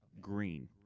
Green